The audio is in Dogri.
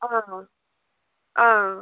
हां हां